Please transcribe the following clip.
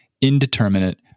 indeterminate